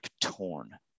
Torn